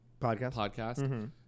podcast